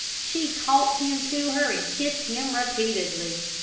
she caught him to her and kissed him repeatedly.